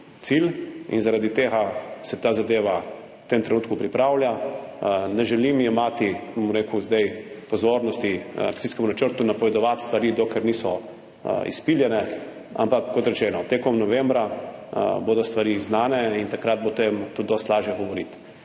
in zaradi tega se ta zadeva v tem trenutku pripravlja. Ne želim jemati pozornosti akcijskemu načrtu, napovedovati stvari, dokler niso izpiljene, ampak kot rečeno, tekom novembra bodo stvari znane in takrat bo o tem tudi dosti lažje govoriti,